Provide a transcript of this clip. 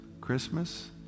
Christmas